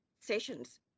sessions